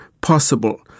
possible